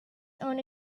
own